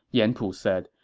yan pu said.